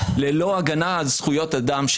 ללא הגנה על זכויות אדם,